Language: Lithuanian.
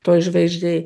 toj žvaigždėj